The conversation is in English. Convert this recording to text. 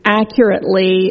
accurately